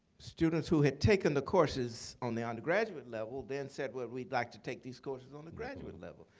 students who had taken the courses on the undergraduate level then said, well, we'd like to take these courses on the graduate level.